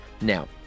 Now